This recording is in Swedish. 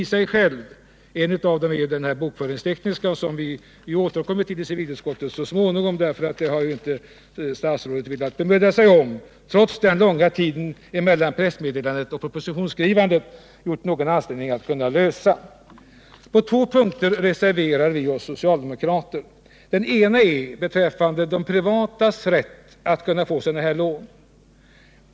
En av bristerna är den bokföringstekniska, till vilken vi i civilutskottet så småningom återkommer, eftersom statsrådet inte velat bemöda sig om att lösa det problemet. Trots den långa tid som gått mellan pressmeddelandet och propositionsskrivandet har statsrådet inte gjort någon ansträngning att åstadkomma en lösning. På två punkter har vi socialdemokrater reserverat oss. Den ena reservationen avser de privata företagens möjligheter att få lån till underhåll av hyreshus.